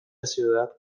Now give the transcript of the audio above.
ciudad